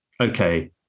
okay